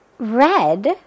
Red